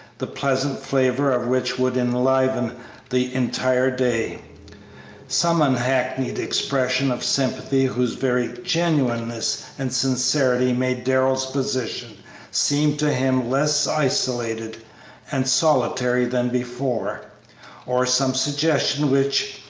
the pleasant flavor of which would enliven the entire day some unhackneyed expression of sympathy whose very genuineness and sincerity made darrell's position seem to him less isolated and solitary than before or some suggestion which,